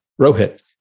Rohit